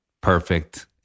perfect